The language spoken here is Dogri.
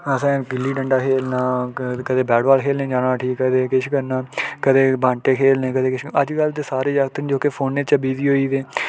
असें गुल्ली डंडा खेलना कदे बैड बाल खेलन जाना ठी कदे केश करना कदे बांटे खेलने कदे केश अज्ज कल दे सारे जागत जोह्के फोनें च बिजी होइ दे